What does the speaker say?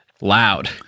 Loud